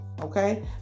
okay